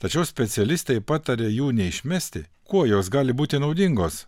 tačiau specialistai pataria jų neišmesti kuo jos gali būti naudingos